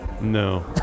No